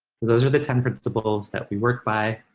those are the ten principles that we work by.